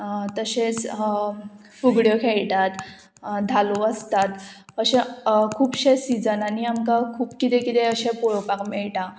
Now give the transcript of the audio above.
तशेंच फुगड्यो खेळटात धालो आसतात अशे खुबशे सिजनांनी आमकां खूब किदें किदें अशें पळोवपाक मेळटा